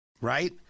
right